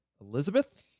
Elizabeth